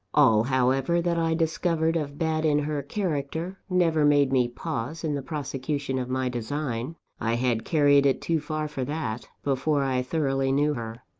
all, however, that i discovered of bad in her character, never made me pause in the prosecution of my design i had carried it too far for that, before i thoroughly knew her.